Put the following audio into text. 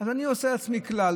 אז אני עושה לעצמי כלל,